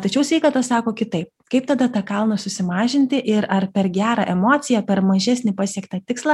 tačiau sveikata sako kitaip kaip tada tą kalną susimažinti ir ar per gerą emociją per mažesnį pasiektą tikslą